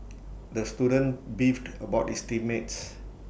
the student beefed about his team mates